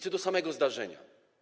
Co do samego zdarzenia.